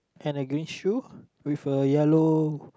and a green shoe with a yellow